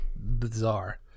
bizarre